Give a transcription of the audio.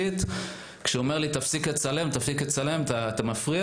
וכשהוא אומר לי להפסיק לצלם כי אני מפריע